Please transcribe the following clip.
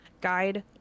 guide